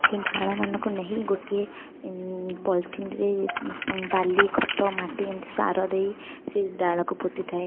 ସେହି ଡାଳମାନଙ୍କୁ ନେଇ ଗୋଟିଏ ପଲିଥିନରେ ବାଲି ଖତ ମାଟି ଏମିତି ସାର ଦେଇ ସେହି ଡାଳକୁ ପୋତିଥାଏ